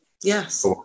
yes